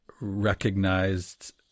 recognized